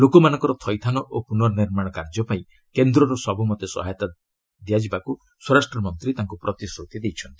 ଲୋକମାନଙ୍କର ଥଇଥାନ ଓ ପୁନନିର୍ମାଣ କାର୍ଯ୍ୟ ପାଇଁ କେନ୍ଦ୍ରରୁ ସବୁମତେ ସହାୟତା କରାଯିବାକୁ ସ୍ୱରାଷ୍ଟ୍ର ମନ୍ତ୍ରୀ ତାଙ୍କୁ ପ୍ରତିଶ୍ରତି ଦେଇଛନ୍ତି